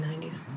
90s